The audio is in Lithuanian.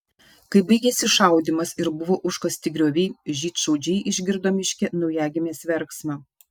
kai baigėsi šaudymas ir buvo užkasti grioviai žydšaudžiai išgirdo miške naujagimės verksmą